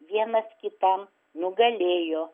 vienas kitam nugalėjo